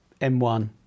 M1